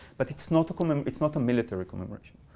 but it's not um and it's not a military commemoration.